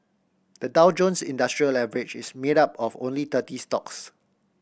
the Dow Jones Industrial Average is made up of only thirty stocks